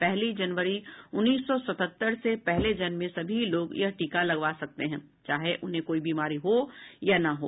पहली जनवरी उन्नीस सौ सतहत्तर से पहले जन्मे सभी लोग यह टीका लगवा सकते हैं चाहे उन्हें कोई बीमारी हो या ना हो